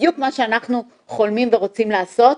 בדיוק מה שאנחנו חולמים ורוצים לעשות.